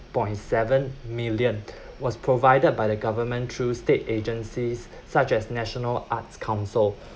point seven million was provided by the government through state agencies such as national arts council